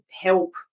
help